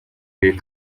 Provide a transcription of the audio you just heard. huye